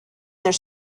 their